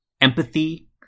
empathy